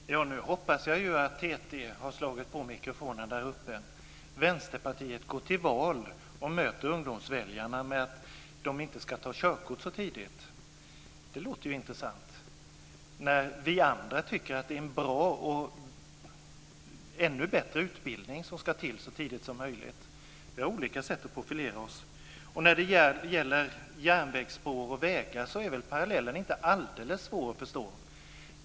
Fru talman! Nu hoppas jag att TT har slagit på mikrofonen. Vänsterpartiet går till val och möter ungdomsväljarna med att de inte ska ta körkort tidigt. Det låter intressant. Vi andra tycker att det ska vara en ännu bättre utbildning så tidigt som möjligt. Vi har olika sätt att profilera oss på. När det gäller järnvägsspår och vägar är parallellen inte alldeles svår att förstå.